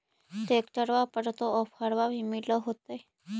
ट्रैक्टरबा पर तो ओफ्फरबा भी मिल होतै?